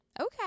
okay